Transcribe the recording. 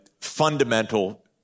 fundamental